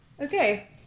Okay